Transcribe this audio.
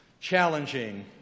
challenging